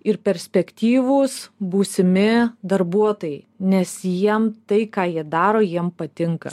ir perspektyvūs būsimi darbuotojai nes jiem tai ką jie daro jiem patinka